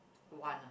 one ah